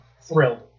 Thrilled